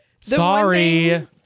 Sorry